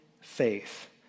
faith